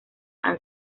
han